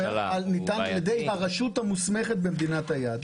ידי הרשות המוסמכת במדינת היעד.